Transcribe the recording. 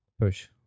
Push